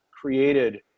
created